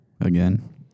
again